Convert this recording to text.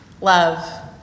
love